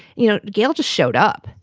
you know, gayle just showed up.